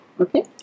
okay